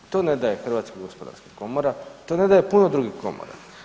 To ne daje Hrvatska gospodarska komora, to ne daje puno drugih komora.